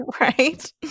Right